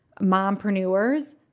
mompreneurs